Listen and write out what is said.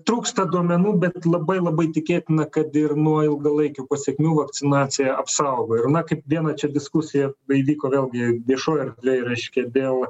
trūksta duomenų bet labai labai tikėtina kad ir nuo ilgalaikių pasekmių vakcinacija apsaugo ir na kaip viena čia diskusija įvyko vėlgi viešoj erdvėj reiškia dėl